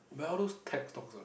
buy all those tax stocks lah